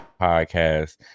podcast